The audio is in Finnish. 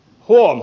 huom